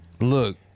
Look